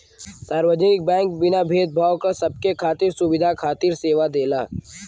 सार्वजनिक बैंक बिना भेद भाव क सबके खातिर सुविधा खातिर सेवा देला